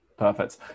perfect